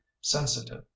sensitive